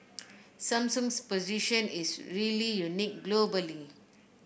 Samsung's position is really unique globally